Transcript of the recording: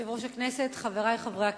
יושב-ראש הכנסת, חברי חברי הכנסת,